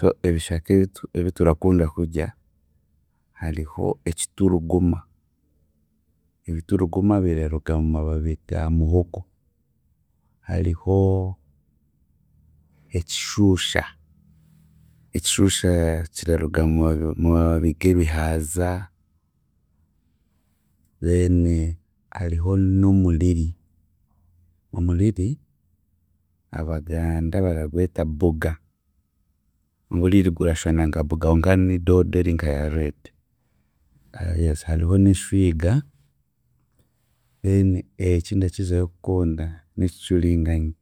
So ebishaka ebitu ebiturakunda kurya; hariho ekituruguma, ebituruguma biraruga mumababi ga muhogo, hariho ekishuusha, ekishuusha kiraruga mu mababi mumababi g'ebihaaza then hariho n'omuriri, omuriri Abaganda baragweta buga, omuriri gurashwana nka buga konka ni doodo eri nka ya red, yes hariho n'eshwiga then ekindakizayo kukunda n'ekicuringanyi